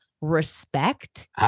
respect